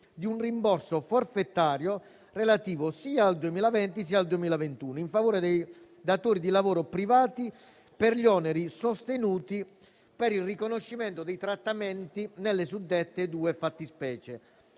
di un rimborso forfettario relativo sia al 2020, che al 2021 in favore dei datori di lavoro privati per gli oneri sostenuti per il riconoscimento dei trattamenti nelle suddette due fattispecie